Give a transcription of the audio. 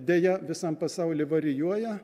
deja visam pasauly varijuoja